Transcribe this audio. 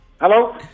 Hello